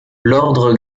l’ordre